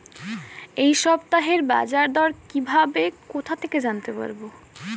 এই সপ্তাহের বাজারদর কিভাবে কোথা থেকে জানতে পারবো?